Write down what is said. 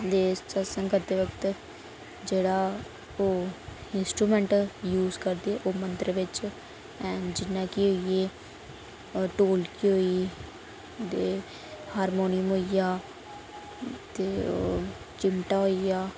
ते सत्संग करदे जागत जेह्ड़ा ओह् इंस्ट्रूमेंट यूज करदे ओह् मंदर बिच्च हैन जियां कि होई गे ढोलकी होई गेई ते हारमोनियम होई गेआ ते होर चिमटा होई गेआ